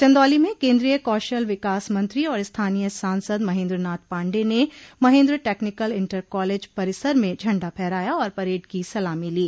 चन्दौली में केन्द्रीय कौशल विकास मंत्री और स्थानीय सांसद महन्द्रनाथ पाण्डेय ने महेन्द्र टेक्निकल इण्टर कालेज परिसर में झण्डा फहराया और परेड की सलामी ली